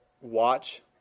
watch